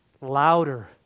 louder